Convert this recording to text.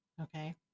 okay